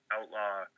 Outlaw